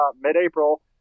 mid-April